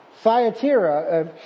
Thyatira